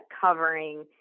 covering